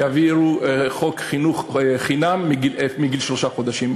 יעבירו חוק חינוך חובה חינם מגיל שלושה חודשים.